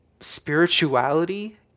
spirituality